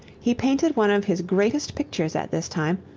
he painted one of his greatest pictures at this time,